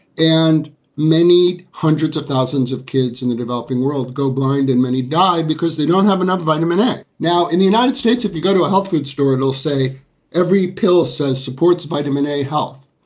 and many hundreds of thousands of kids in the developing world go blind and many die because they don't have enough vitamin d. now, in the united states, if you go to a health food store, it will say every pill says supports vitamin a health,